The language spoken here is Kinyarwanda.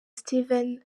steven